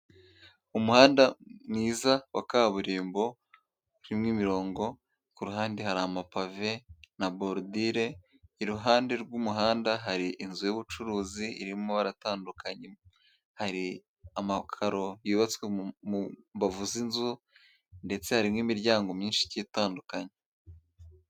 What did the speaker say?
Umuhanda mwiza wa kaburimbo urimo imirongo, ku ruhande hari amapave na borudire, iruhande rw'umuhanda hari inzu y'ubucuruzi irimo amabara atandukanye, hari amakaro yubatswe mu mbavu z'inzu ndetse hari n'imiryango myinshi igiye itandukanye.